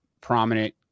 prominent